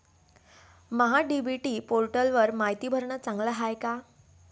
महा DBT पोर्टलवर मायती भरनं चांगलं हाये का?